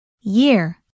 Year